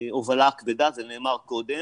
ההובלה הכבדה, זה נאמר קודם,